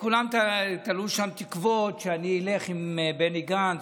כולם תלו שם תקוות שאני אלך עם בני גנץ,